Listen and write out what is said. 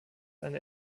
eine